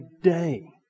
day